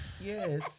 yes